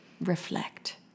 reflect